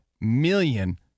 million